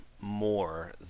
more